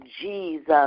Jesus